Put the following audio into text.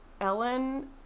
Ellen